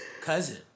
cousin